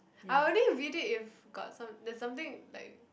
I only read it if got some there's something like